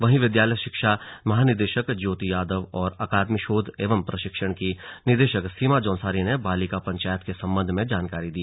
वहीं विद्यालयी शिक्षा महानिदेशक ज्योति यादव और अकादमिक शोध एवं प्रशिक्षण की निदेशक सीमा जौनसारी ने बालिका पंचायत के संबंध में जानकारी दी